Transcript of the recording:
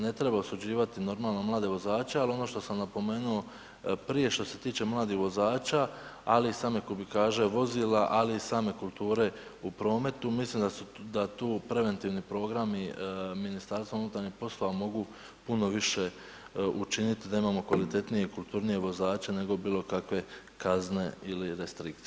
Ne treba osuđivati normalno mlade vozače, ali ono što sam napomenuo, prije što se tiče mladih vozača, ali i same kubikaže vozila, ali i same kulture u prometu, mislim da tu preventivni programi Ministarstva unutarnjih poslova mogu puno više učiniti da imamo kvalitetnije, kulturnije vozače nego bilo kakve kazne ili restrikcije.